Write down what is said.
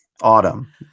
autumn